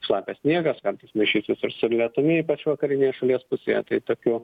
šlapias sniegas kartais maišysis ir su lietumi ypač vakarinėje šalies pusėje tai tokių